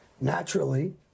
Naturally